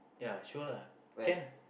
ya sure lah can ah